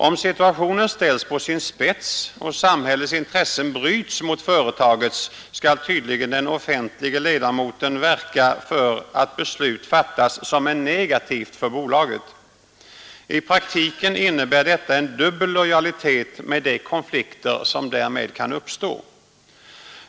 Om situationen ställs på sin spets och samhällets intressen bryts mot företagets, skall tydligen den offentlige ledamoten verka för att beslut fattas som är negativt för bolaget. I praktiken innebär detta en dubbel lojalitet med de konflikter som därmed kan uppstå.